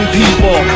people